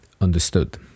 understood